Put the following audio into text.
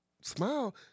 Smile